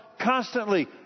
constantly